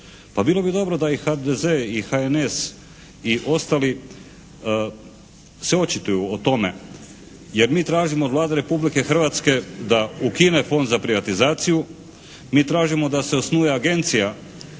Pa bilo bi dobro da i HDZ i HNS i ostali se očituju o tome. Jer mi tražimo od Vlade Republike Hrvatske da ukine Fond za privatizaciju. Mi tražimo da se osnuje Agencija